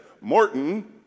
Morton